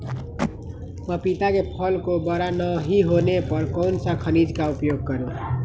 पपीता के फल को बड़ा नहीं होने पर कौन सा खनिज का उपयोग करें?